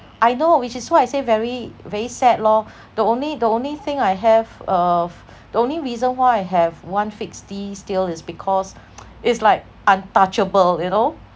I know which is why I say very very sad lor the only the only thing I have of the only reason why I have one fixed D still is because it's like untouchable you know